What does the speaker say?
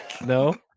No